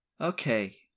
Okay